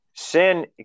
Sin